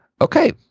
Okay